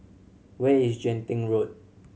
where is Genting Road